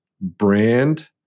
brand